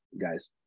guys